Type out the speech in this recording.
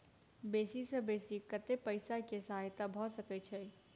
बेसी सऽ बेसी कतै पैसा केँ सहायता भऽ सकय छै?